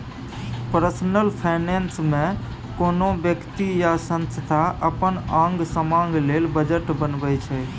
personal finance मे कोनो बेकती या संस्था अपन आंग समांग लेल बजट बनबै छै